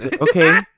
Okay